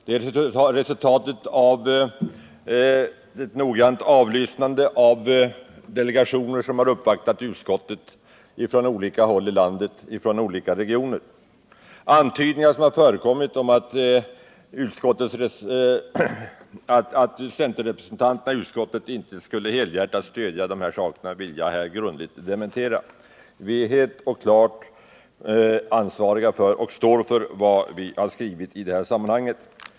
Dessutom är det resultatet av ett noggrant avlyssnande av delegationer som har uppvaktat utskottet från olika håll i landet och från olika regioner. Antydningar som förekommit om att centerrepresentanterna i utskottet inte helhjärtat skulle stödja dessa saker vill jag här grundligt dementera. Vi är helt och klart ansvariga och står för vad vi har skrivit i detta sammanhang.